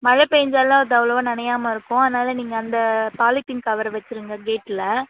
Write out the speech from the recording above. மழை பேய்ஞ்சாலும் அது அவ்வளோவா நனையாமல் இருக்கும் அதனால் நீங்கள் அந்த பாலித்தீன் கவர் வைச்சிருங்க கேட்டில்